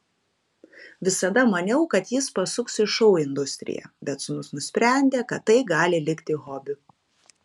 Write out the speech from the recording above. visada maniau kad jis pasuks į šou industriją bet sūnus nusprendė kad tai gali likti hobiu